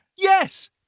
Yes